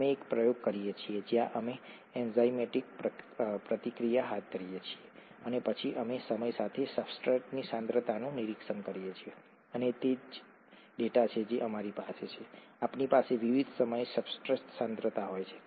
અમે એક પ્રયોગ કરીએ છીએ જ્યાં અમે એન્ઝાઇમેટિક પ્રતિક્રિયા હાથ ધરીએ છીએ અને પછી અમે સમય સાથે સબસ્ટ્રેટની સાંદ્રતાનું નિરીક્ષણ કરીએ છીએ અને તે જ ડેટા છે જે અમારી પાસે છે આપણી પાસે વિવિધ સમયે સબસ્ટ્રેટ સાંદ્રતા હોય છે